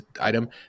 item